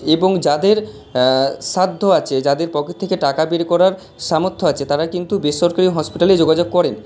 এবং যাদের সাধ্য আছে যাদের পকেট থেকে টাকা বের করার সামর্থ আছে তারা কিন্তু বেসরকারি হসপিটালেই যোগাযোগ করেন